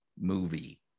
movie